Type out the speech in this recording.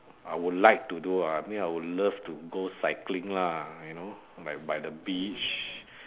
I would like to do ah I mean I would love to go cycling lah you know like by the beach